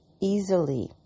easily